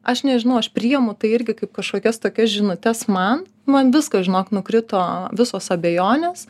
aš nežinau aš priimu tai irgi kaip kažkokias tokias žinutes man man viskas žinok nukrito visos abejonės